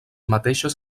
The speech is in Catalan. mateixes